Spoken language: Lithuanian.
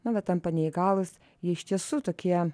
na va tampa neįgalūs jie iš tiesų tokie